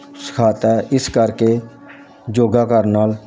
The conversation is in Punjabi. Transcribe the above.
ਸਿਖਾਤਾ ਇਸ ਕਰਕੇ ਯੋਗਾ ਕਰਨ ਨਾਲ